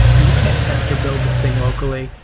you can't test or build this thing locally.